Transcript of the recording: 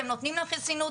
אתם נותנים להם חסינות.